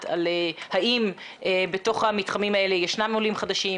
על האם בתוך המתחמים האלה ישנם עולים חדשים,